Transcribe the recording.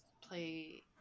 play